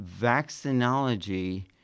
Vaccinology